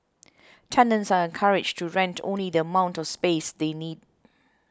tenants are encouraged to rent only the amount of space they need